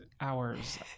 hours